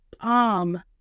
bomb